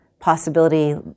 possibility